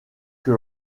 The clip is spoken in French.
que